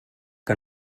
que